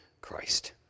Christ